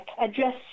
address